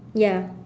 ya